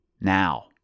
now